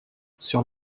sur